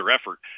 effort